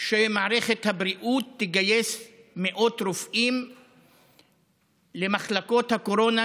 שמערכת הבריאות תגייס מאות רופאים למחלקות הקורונה,